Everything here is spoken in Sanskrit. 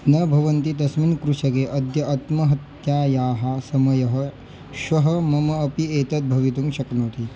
न भवन्ति तस्मिन् कृषके अद्य आत्महत्यायाः समयः श्वः मम अपि एतद् भवितुं शक्नोति